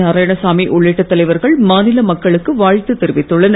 நாராயணசாமி உள்ளிட்ட தலைவர்கள் மாநில மக்களுக்கு வாழ்த்து தெரிவித்துள்ளனர்